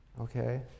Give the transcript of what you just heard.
Okay